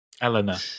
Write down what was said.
Elena